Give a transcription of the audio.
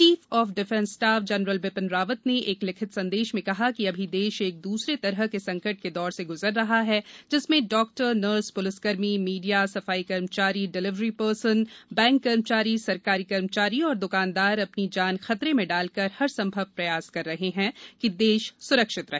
chief of defence staff general Bipin Rawat ने एक लिखित संदेश में कहा कि अभी देश एक दूसरे त तरह के संकट के दौर से ग्जर रहा है जिसमें डाक्टर नर्स प्लिसकर्मीमीडिया सफाई कर्मचारी डीलिवरी पर्सन बैंक कर्मचारी सरकारी कर्मचारी और द्कानदार अपनी जान खतरे में डालकर हर संभव प्रयास कर रहे हैं कि देश सुरक्षित रहे